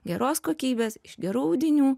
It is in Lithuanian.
geros kokybės iš gerų audinių